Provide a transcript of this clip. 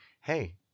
hey